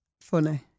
funny